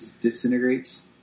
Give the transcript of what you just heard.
disintegrates